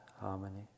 harmony